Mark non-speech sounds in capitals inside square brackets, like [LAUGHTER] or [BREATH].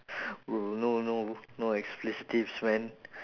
[BREATH] bro no no no expletives man